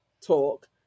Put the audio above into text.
talk